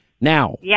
Now